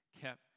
kept